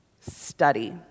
Study